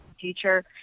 future